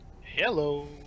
Hello